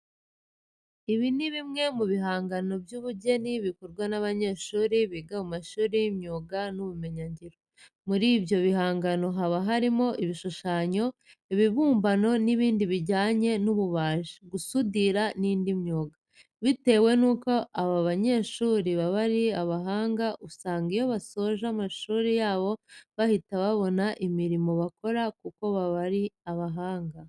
Ibi ni bimwe mu bihangano by'ubugeni bikorwa n'abanyeshuri biga mu mashuri y'imyuga n'ibumenyingiro. Muri ibyo bihangano haba harimo ibishushanyo, ibibumbano n'ibindi bijyanye n'ububaji, gusudira n'indi myuga. Bitewe nuko aba banyeshuri baba ari abahanga usanga iyo basoje amashuri yabo bahita babona imirimo bakora kuko baba ari abahanga.